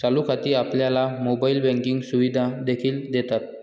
चालू खाती आपल्याला मोबाइल बँकिंग सुविधा देखील देतात